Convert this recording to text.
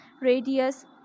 radius